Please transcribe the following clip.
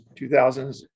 2000s